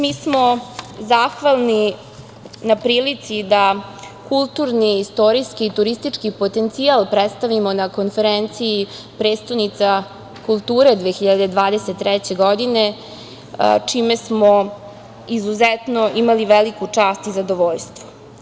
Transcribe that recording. Mi smo zahvali na prilici da kulturni, istorijski i turistički potencijal predstavimo na konferenciji - prestonica kulture 2023. godine čime smo izuzetno imali veliku čast i zadovoljstvo.